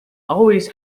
always